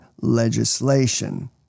legislation